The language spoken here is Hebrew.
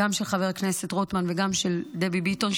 גם של חבר הכנסת רוטמן וגם של דבי ביטון,